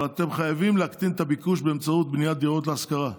אבל אתם חייבים להקטין את הביקוש באמצעות בניית דירות להשכרה,